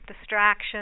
distraction